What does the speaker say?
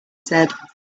said